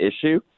issue